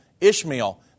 Ishmael